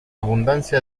abundancia